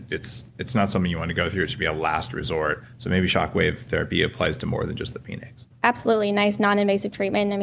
it's it's not something you want to go through. it should be a last resort, so maybe shockwave therapy applies to more than just the penis absolutely, nice noninvasive treatment, and